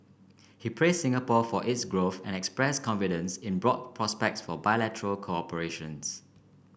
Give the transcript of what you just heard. he praised Singapore for its growth and expressed confidence in broad prospects for bilateral cooperations